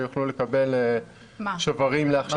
שיוכלו לקבל שוברים להכשרה מקצועית.